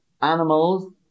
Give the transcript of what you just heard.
animals